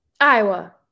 Iowa